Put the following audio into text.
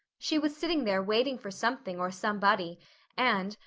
she was sitting there waiting for something or somebody and,